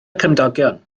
cymdogion